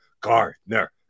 Gardner